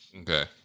Okay